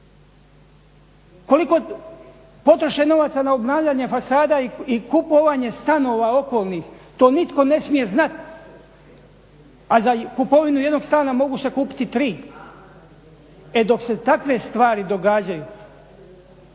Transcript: Koliko potroše novaca na obnavljanje fasada i kupovanje stanova okolnih to nitko ne smije znati. A za kupovinu jednog stana mogu se kupiti tri. E dok se takve stvari događaju